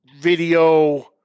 video